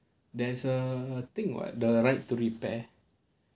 there's a thing what the right to repair